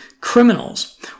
criminals